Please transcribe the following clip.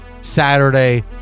Saturday